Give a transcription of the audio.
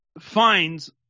finds